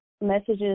messages